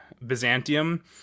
Byzantium